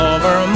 Over